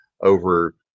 over